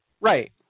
Right